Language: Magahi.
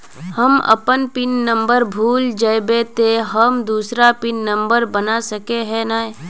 हम अपन पिन नंबर भूल जयबे ते हम दूसरा पिन नंबर बना सके है नय?